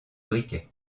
briquet